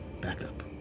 backup